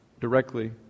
directly